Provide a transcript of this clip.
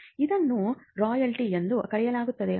ಇದನ್ನು ರಾಯಲ್ಟಿ ಎಂದು ಕರೆಯಲಾಗುತ್ತದೆ